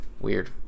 weird